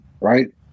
right